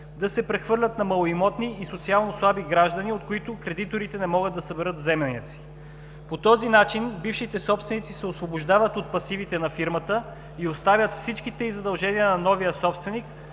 да се прехвърлят на малоимотни и социално слаби граждани, от които кредиторите не могат да съберат вземанията си. По този начин бившите собственици се освобождават от пасивите на фирмите и оставят всичките й задължения на новия собственик,